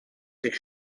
they